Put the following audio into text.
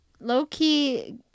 Low-key